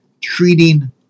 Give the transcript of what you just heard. treating